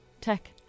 tech